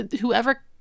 whoever